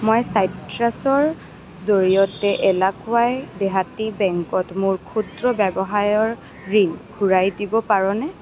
মই চাইট্ৰাছৰ জৰিয়তে এলাকুৱাই দেহাতী বেংকত মোৰ ক্ষুদ্ৰ ৱ্যৱসায়ৰ ঋণ ঘূৰাই দিব পাৰোনে